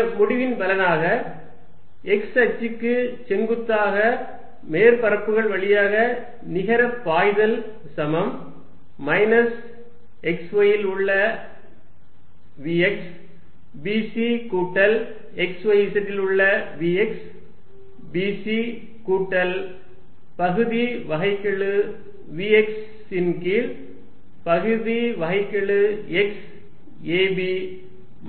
இந்த முடிவின் பலனாக x அச்சுக்கு செங்குத்தாக மேற்பரப்புகள் வழியாக நிகர பாய்தல் சமம் மைனஸ் xyz ல் உள்ள vx b c கூட்டல் xyz ல் உள்ள vx b c கூட்டல் பகுதி வகைக்கெழு vx ன் கீழ் பகுதி வகைக்கெழு x a b